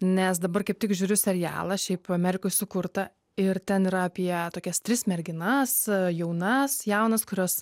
nes dabar kaip tik žiūriu serialą šiaip amerikoj sukurtą ir ten yra apie tokias tris merginas jaunas jaunas kurios